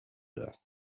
that